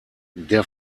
der